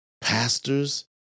pastors